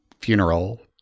funeral